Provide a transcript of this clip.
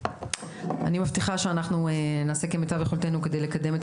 אני מבטיחה שאנחנו נעשה כמיטב יכולתנו כדי לקדם את